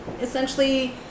essentially